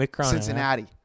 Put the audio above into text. Cincinnati